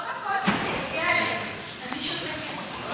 אני שותקת.